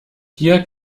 hier